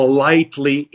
Politely